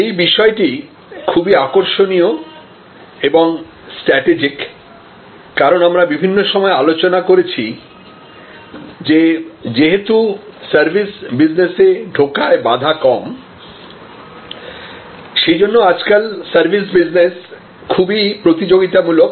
এই বিষয়টি খুবই আকর্ষণীয় এবংস্ট্র্যাটেজিক কারণ আমরা বিভিন্ন সময়ে আলোচনা করেছি যে যেহেতু সার্ভিস বিজনেসে ঢোকায় বাধা কম সেজন্য আজকাল সার্ভিস বিজনেস খুবই প্রতিযোগিতামূলক